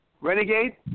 Renegade